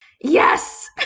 YES